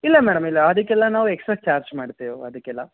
ಇಲ್ಲ ಮೇಡಮ್ ಇಲ್ಲ ಅದಕ್ಕೆಲ್ಲ ನಾವು ಎಕ್ಸ್ಟ್ರಾ ಚಾರ್ಜ್ ಮಾಡ್ತೇವೆ ಅದಕ್ಕೆಲ್ಲ